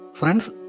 Friends